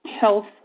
health